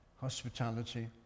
hospitality